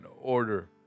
order